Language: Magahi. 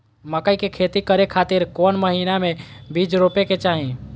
मकई के खेती करें खातिर कौन महीना में बीज रोपे के चाही?